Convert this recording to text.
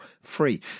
free